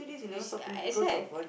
you s~ ah that's why